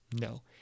No